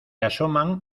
asoman